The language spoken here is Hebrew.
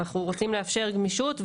אנחנו רוצים לאפשר גמישות,